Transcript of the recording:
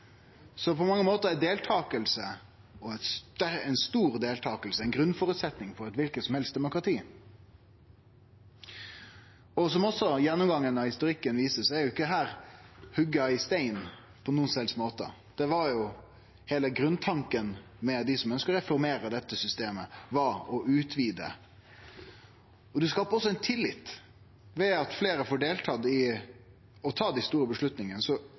På mange måtar er stor deltaking ein grunnføresetnad for alle demokrati. Som denne gjennomgangen av historia også viser, er ikkje dette hogd i stein på nokon som helst måte. Heile grunntanken til dei som ønskte å reformere dette systemet, var å utvide. Ein skaper også tillit. Ved at fleire får delta og ta dei store